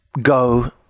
go